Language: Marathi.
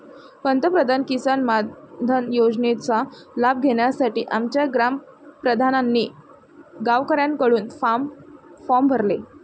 पंतप्रधान किसान मानधन योजनेचा लाभ घेण्यासाठी आमच्या ग्राम प्रधानांनी गावकऱ्यांकडून फॉर्म भरले